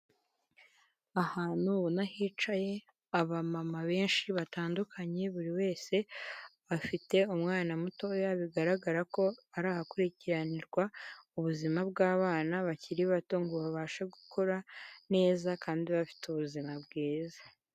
Ahantu ubona hicaye abamama benshi batandukanye, buri wese afite umwana mutoya bigaragara ko ari ahakurikiranirwa ubuzima bw'abana bakiri bato ngo babashe gukura neza kandi bafite ubuzima bwiza.